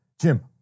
Jim